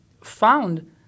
found